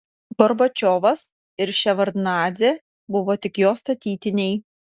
gorbačiovas ir ševardnadzė buvo tik jo statytiniai